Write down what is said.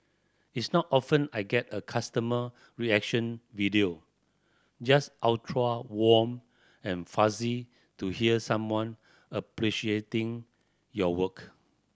it's not often I get a customer reaction video just ultra warm and fuzzy to hear someone appreciating your work